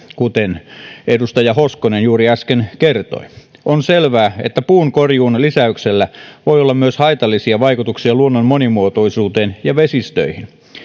kuten edustaja hoskonen juuri äsken kertoi on selvää että puun korjuun lisäyksellä voi olla myös haitallisia vaikutuksia luonnon monimuotoisuuteen ja vesistöihin